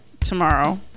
tomorrow